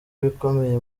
ibikomeye